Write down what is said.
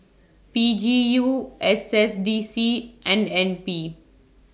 P G U S S D C and N P